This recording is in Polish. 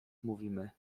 mówimy